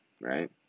right